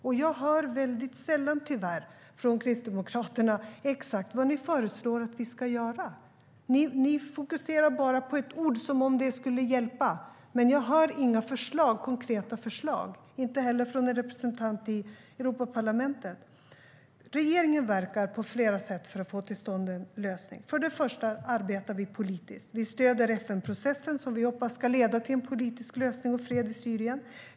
Tyvärr hör jag väldigt sällan från Kristdemokraterna exakt vad man föreslår att vi ska göra. Man fokuserar bara på ett ord som om det skulle hjälpa, men jag hör inga konkreta förslag, inte heller från representanten i Europaparlamentet. Regeringen verkar på flera sätt för att få till stånd en lösning. För det första arbetar vi politiskt. Vi stöder FN-processen, som vi hoppas ska leda till en politisk lösning och fred i Syrien.